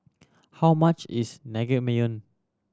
how much is Naengmyeon